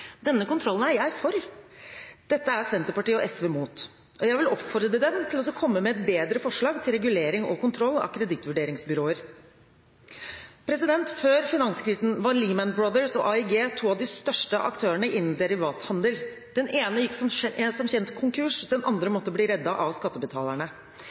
Denne kontrollen er jeg for. Dette er Senterpartiet og SV mot. Jeg vil oppfordre dem til å komme med et bedre forslag til regulering og kontroll av kredittvurderingsbyråer. Før finanskrisen var Lehman Brothers og AIG to av de største aktørene innen derivathandel. Den ene gikk som kjent konkurs, den andre